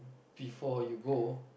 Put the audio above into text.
before you go